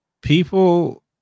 people